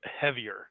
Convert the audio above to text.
heavier